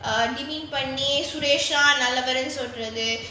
uh suresh தான் நல்லவர்னு சொல்றது:thaan nallavarnu solrathu